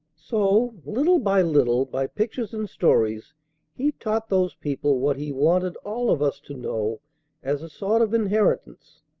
so, little by little, by pictures and stories he taught those people what he wanted all of us to know as a sort of inheritance.